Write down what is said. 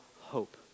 hope